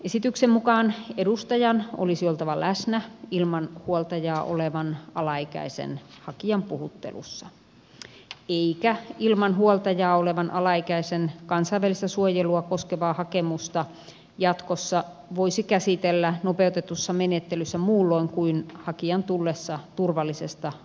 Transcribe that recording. esityksen mukaan edustajan olisi oltava läsnä ilman huoltajaa olevan alaikäisen hakijan puhuttelussa eikä ilman huoltajaa olevan alaikäisen kansainvälistä suojelua koskevaa hakemusta jatkossa voisi käsitellä nopeutetussa menettelyssä muulloin kuin hakijan tullessa turvallisesta alkuperämaasta